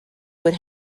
would